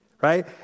right